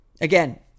Again